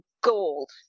gold